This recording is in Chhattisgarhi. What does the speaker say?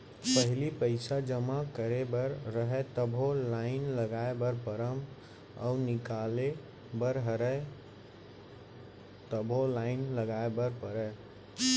पहिली पइसा जमा करे बर रहय तभो लाइन लगाय बर परम अउ निकाले बर रहय तभो लाइन लगाय बर परय